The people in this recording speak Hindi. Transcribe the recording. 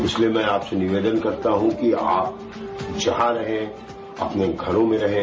इसलिये मैं आपसे निवेदन करता हूं कि आप जहां रहें अपने घरों में रहें